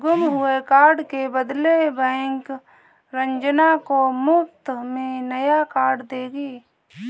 गुम हुए कार्ड के बदले बैंक रंजना को मुफ्त में नया कार्ड देगी